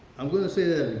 i'm going to say